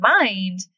mind